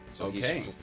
Okay